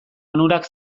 onurak